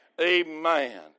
Amen